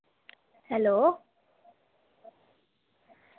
hello